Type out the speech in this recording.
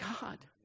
God